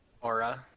aura